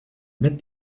met